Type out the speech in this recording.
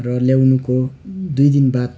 र ल्याउनुको दुई दिन बाद